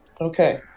Okay